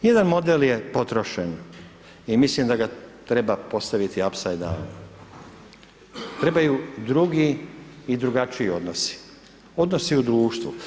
Jedan model je potrošen i mislim da ga treba postaviti apsajda, trebaju drugi i drugačiji odnosi, odnosi u društvu.